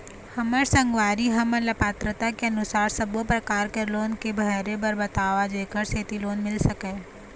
हमर संगवारी हमन ला पात्रता के अनुसार सब्बो प्रकार के लोन के भरे बर बताव जेकर सेंथी लोन मिल सकाए?